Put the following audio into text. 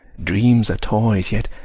dreams are toys yet,